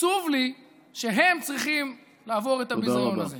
עצוב לי שהם צריכים לעבור את הביזיון הזה.